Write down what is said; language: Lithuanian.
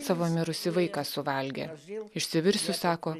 savo mirusį vaiką suvalgė išsivirsiu sako